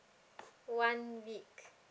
one week